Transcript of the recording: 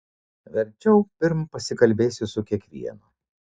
verčiau pirm pasikalbėsiu su kiekvienu